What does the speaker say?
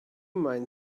mind